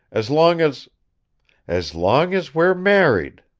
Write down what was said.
as long as as long as we're married!